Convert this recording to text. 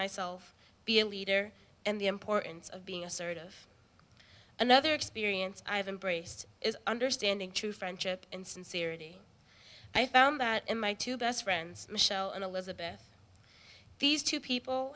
myself be a leader and the importance of being assertive another experience i have embraced is understanding true friendship and sincerity i found that in my two best friends michelle and elizabeth these two people